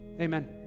Amen